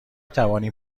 توانیم